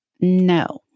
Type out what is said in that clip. no